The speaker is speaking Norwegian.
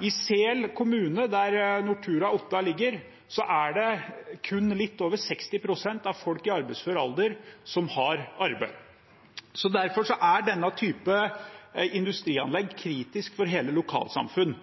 I Sel kommune, der Nortura Otta ligger, er det kun litt over 60 pst. av folk i arbeidsfør alder som har arbeid. Derfor er denne typen industrianlegg kritisk for hele lokalsamfunn.